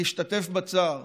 להשתתף בצער